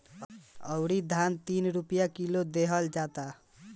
अउरी धान तीन रुपिया किलो देहल जाता